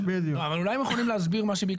אז אני מציע בוא ננהל